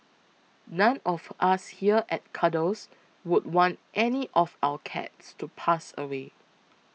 none of us here at Cuddles would want any of our cats to pass away